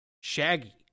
Shaggy